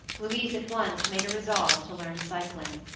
louise at once made a resolve to learn cycling.